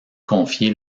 confier